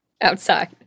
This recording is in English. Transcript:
outside